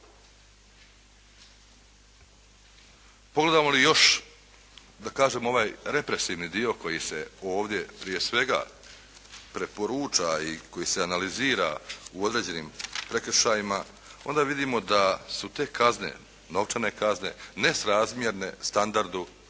Pogledamo li još da kažem ovaj represivni dio koji se ovdje prije svega preporuča i koji se analizira u određenim prekršajima onda vidimo da su te kazne, novčane kazne nesrazmjerne standardu